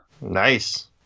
Nice